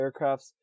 aircrafts